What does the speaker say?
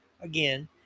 Again